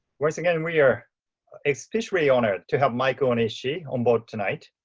once again, and we're especially honored to have mike onishi on board tonight.